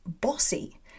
bossy